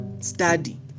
study